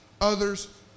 others